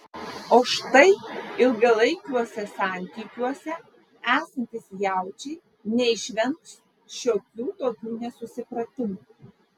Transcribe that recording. o štai ilgalaikiuose santykiuose esantys jaučiai neišvengs šiokių tokių nesusipratimų